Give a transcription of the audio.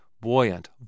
Buoyant